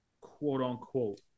quote-unquote